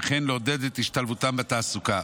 וכן לעודד את השתלבותם בתעסוקה.